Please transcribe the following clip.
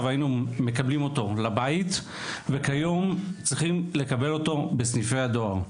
היינו מקבלים אותו לבית וכיום צריכים לקבל אותו בסניפי הדואר.